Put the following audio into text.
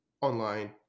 online